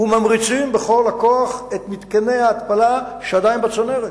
וממריצים בכל הכוח את מתקני ההתפלה שעדיין בצנרת.